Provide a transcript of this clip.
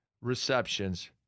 receptions